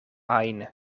ajn